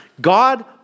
God